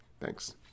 Thanks